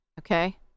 okay